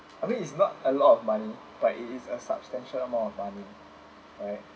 I mean it's not a lot of money but it is a substantial amount of more right